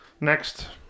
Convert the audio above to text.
Next